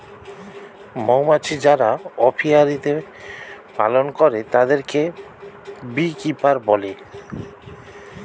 মৌমাছি যারা অপিয়ারীতে পালন করে তাদেরকে বী কিপার বলে